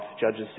Judges